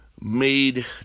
made